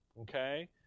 Okay